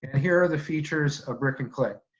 here are the features of brick and click.